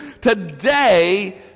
today